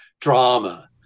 drama